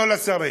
לא לשרים.